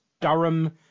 Durham